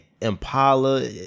Impala